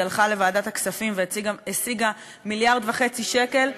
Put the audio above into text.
הלכה לוועדת הכספים והשיגה 1.5 מיליארד שקל.